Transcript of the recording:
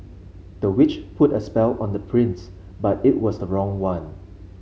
the witch put a spell on the prince but it was the wrong one